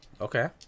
okay